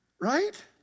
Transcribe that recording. right